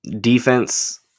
defense